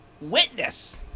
witness